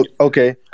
Okay